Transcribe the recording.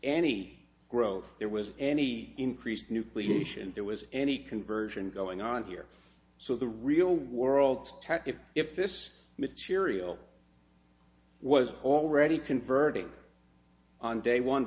any growth there was any increase nucleation there was any conversion going on here so the real world test is if this material was already converting on day one